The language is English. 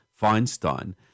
Feinstein